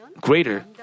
greater